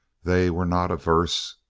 they were not averse,